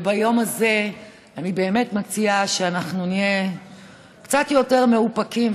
וביום הזה אני באמת מציעה שאנחנו נהיה קצת יותר מאופקים,